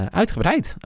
uitgebreid